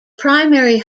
primary